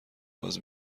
باز